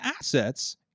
assets